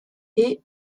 est